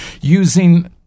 Using